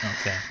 Okay